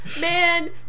man